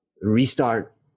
restart